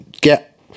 get